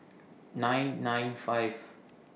nine nine five